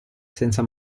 senza